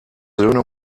söhne